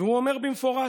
והוא אומר במפורש,